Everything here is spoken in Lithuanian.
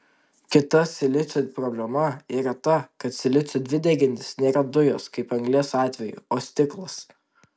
kita silicio problema yra ta kad silicio dvideginis nėra dujos kaip anglies atveju o stiklas